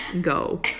Go